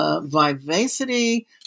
Vivacity